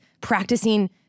practicing